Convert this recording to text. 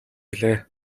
билээ